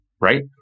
right